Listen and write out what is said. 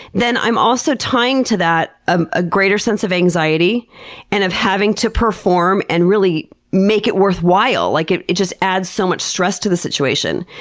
then i'm also tying to that, a greater sense of anxiety and of having to perform and really make it worthwhile. like it it just adds so much stress to the situation.